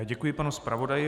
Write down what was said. Děkuji panu zpravodaji.